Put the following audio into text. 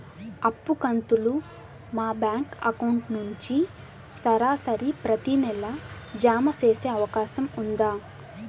అప్పు కంతులు మా బ్యాంకు అకౌంట్ నుంచి సరాసరి ప్రతి నెల జామ సేసే అవకాశం ఉందా?